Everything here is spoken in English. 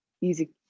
Easy